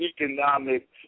economic